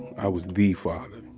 i was the father.